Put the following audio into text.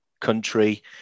country